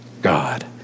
God